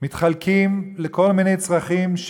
שמתחלקים לכל מיני צרכים,